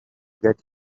get